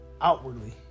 outwardly